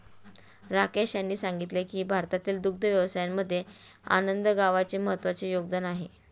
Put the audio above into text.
राकेश यांनी सांगितले की भारतातील दुग्ध व्यवसायामध्ये आनंद गावाचे महत्त्वाचे योगदान आहे